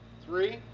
three,